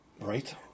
Right